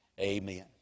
amen